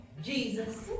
Jesus